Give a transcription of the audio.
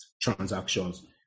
transactions